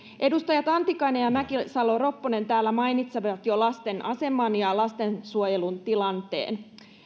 edustajat antikainen ja mäkisalo ropponen täällä jo mainitsivat lasten aseman ja lastensuojelun tilanteen